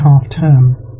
half-term